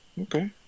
Okay